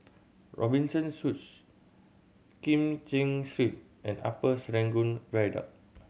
Robinson Suites Kim Cheng Street and Upper Serangoon Viaduct